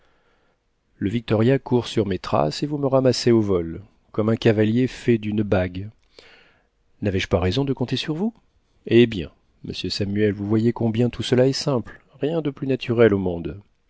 le victoria court sur mes traces et vous me ramassez au vol comme un cavalier fait dune bague n'avais-je pas raison de compter sur vous eh bien monsieur samuel vous voyez combien tout cela est simple rien de plus naturel au monde